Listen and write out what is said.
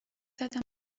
زدم